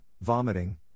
vomiting